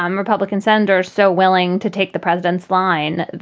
um republican senators so willing to take the president's line,